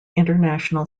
international